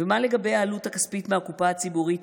ומה לגבי העלות הכספית מהקופה הציבורית